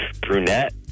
brunette